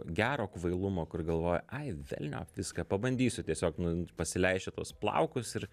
gero kvailumo kur galvoja ai velniop viską pabandysiu tiesiog nu pasileist čia tuos plaukus ir